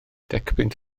decpunt